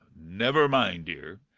never mind, dear.